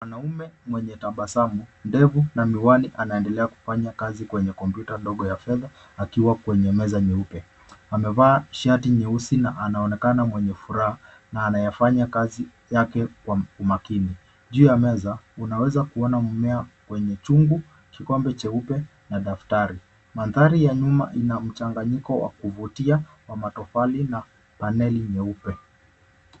Mwanaume mwenye tabasamu, ndevu na miwani, anaendelea kufanya kazi kwenye kompyuta ndogo ya fedha, akiwa kwenye meza nyeupe. Amevaa shati nyeusi na anaonekana mwenye furaha na anayafanya kazi yake kwa umakini. Juu ya meza, unaweza kuona mmea kwenye chungu, kikombe cheupe na daftari. Mandhari ya nyuma ina mchanganyiko wa kuvutia na paneli nyeupe